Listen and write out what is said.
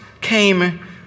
came